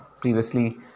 previously